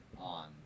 on